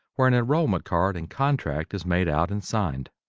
where an enrollment card and contract is made out and signed.